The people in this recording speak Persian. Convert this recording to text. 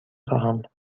خواهم